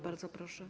Bardzo proszę.